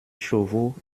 chauveau